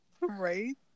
Right